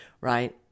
right